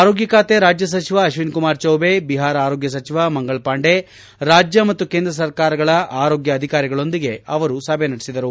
ಆರೋಗ್ನ ಖಾತೆ ರಾಜ್ನ ಸಚಿವ ಅಶ್ಲಿನ್ಕುಮಾರ್ ಚೌಬೆ ಬಿಹಾರ ಆರೋಗ್ನ ಸಚಿವ ಮಂಗಳ್ ಪಾಂಡೆ ರಾಜ್ನ ಮತ್ತು ಕೇಂದ್ರ ಸರ್ಕಾರಗಳ ಆರೋಗ್ಲ ಅಧಿಕಾರಿಗಳೊಂದಿಗೆ ಅವರು ಸಭೆ ನಡೆಸಿದರು